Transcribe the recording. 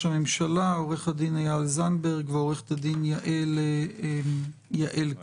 הממשלה: עו"ד איל זנדברג ועו"ד יעל כהן.